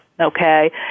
okay